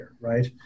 right